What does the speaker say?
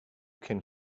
can